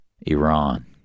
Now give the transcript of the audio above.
Iran